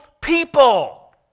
people